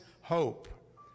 hope